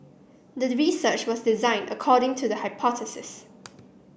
the research was designed according to the hypothesis